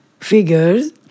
figures